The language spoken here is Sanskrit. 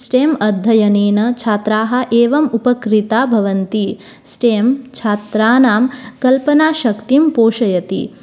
स्टेम् अध्ययनेन छात्राः एवम् उपकृताः भवन्ति स्टें छात्राणां कल्पनाशक्तिं पोषयति